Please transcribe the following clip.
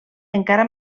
encara